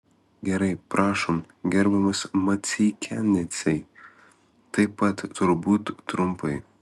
gerai prašom gerbiamas maceikianecai taip pat turbūt trumpai